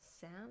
sound